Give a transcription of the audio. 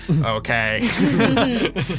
okay